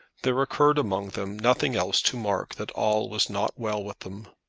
there occurred among them nothing else to mark that all was not well with them.